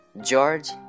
George